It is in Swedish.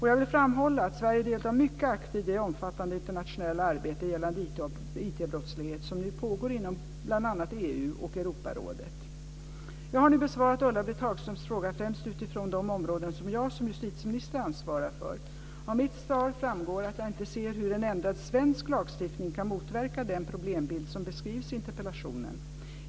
Jag vill framhålla att Sverige deltar mycket aktivt i det omfattande internationella arbete gällande IT-brottslighet som nu pågår inom bl.a. EU och Europarådet. Jag har nu besvarat Ulla-Britt Hagströms fråga främst utifrån de områden som jag som justitieminister ansvarar för. Av mitt svar framgår att jag inte ser hur en ändrad svensk lagstiftning kan motverka den problembild som beskrivs i interpellationen.